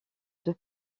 deux